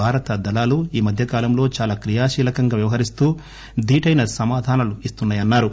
భారతదళాలు ఈమధ్య కాలంలో చాలా క్రియాశీలకంగా వ్యవహరిస్తూ దీటైన సమాధానం ణస్తున్నాయన్నారు